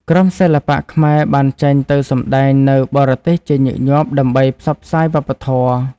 ក្រុមសិល្បៈខ្មែរបានចេញទៅសម្តែងនៅបរទេសជាញឹកញាប់ដើម្បីផ្សព្វផ្សាយវប្បធម៌។